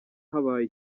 habaye